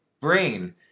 brain